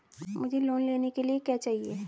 मुझे लोन लेने के लिए क्या चाहिए?